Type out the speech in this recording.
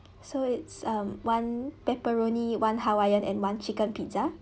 so it's um one pepperoni one hawaiian and one chicken pizza